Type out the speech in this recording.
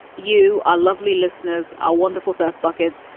you are lovely listeners are wonderful first buckets.